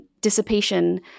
dissipation